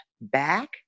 back